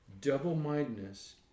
double-mindedness